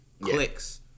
clicks